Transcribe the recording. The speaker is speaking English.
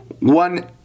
One